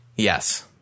Yes